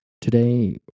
Today